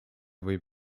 või